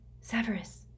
Severus